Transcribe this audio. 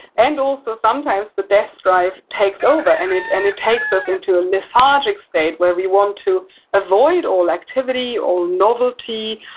and also sometimes the desk drive takes over. and it and it takes us into a lethargic state where we want to avoid all activity, all novelty,